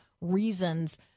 reasons